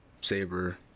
Saber